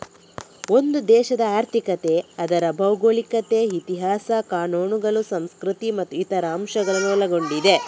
ಒಂದು ದೇಶದ ಆರ್ಥಿಕತೆ ಅದರ ಭೌಗೋಳಿಕತೆ, ಇತಿಹಾಸ, ಕಾನೂನುಗಳು, ಸಂಸ್ಕೃತಿ ಮತ್ತು ಇತರ ಅಂಶಗಳನ್ನ ಒಳಗೊಂಡಿದೆ